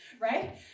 Right